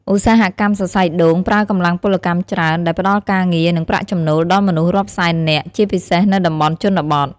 ឧស្សាហកម្មសរសៃដូង ប្រើកម្លាំងពលកម្មច្រើន ដែលផ្តល់ការងារ និងប្រាក់ចំណូលដល់មនុស្សរាប់សែននាក់ ជាពិសេសនៅតំបន់ជនបទ។